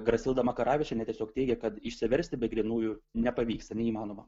grasilda makaravičienė tiesiog teigia kad išsiversti be grynųjų nepavyksta neįmanoma